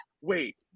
wait